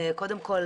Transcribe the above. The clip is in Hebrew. קודם כול,